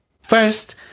First